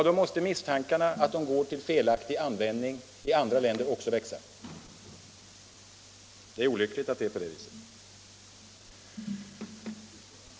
Då måste misstankarna om att de går till felaktig användning i andra länder också växa. Det är olyckligt att det är på det viset.